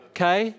Okay